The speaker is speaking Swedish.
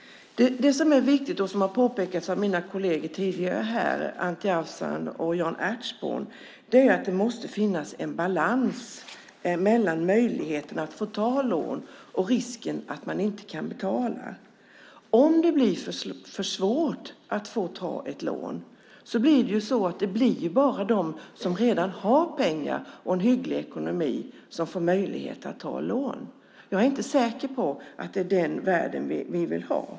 Det är viktigt, som påpekats av mina kolleger tidigare, Anti Avsan och Jan Ertsborn, att det finns en balans mellan möjligheten att få ta ett lån och risken att inte kunna betala. Om det blir för svårt att ta ett lån blir det bara de som redan har pengar och en hygglig ekonomi som får möjlighet att ta ett lån. Jag är inte säker på att det är den världen vi vill ha.